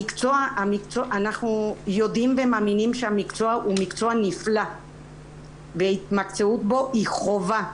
אנחנו יודעים ומאמינים שהמקצוע הוא מקצוע נפלא והתמקצעות בו היא חובה.